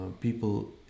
People